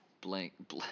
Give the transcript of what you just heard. blank